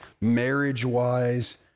marriage-wise